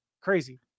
crazy